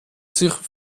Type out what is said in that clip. sich